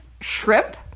shrimp